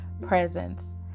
presence